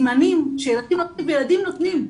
הסימנים שילדים נותנים, וילדים נותנים.